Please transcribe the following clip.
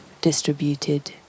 distributed